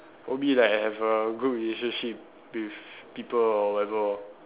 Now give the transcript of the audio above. will be like have a good relationship with people or whatever lor